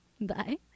Bye